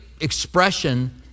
expression